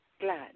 glad